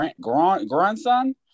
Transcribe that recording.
Grandson